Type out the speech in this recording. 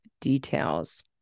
details